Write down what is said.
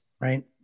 right